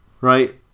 Right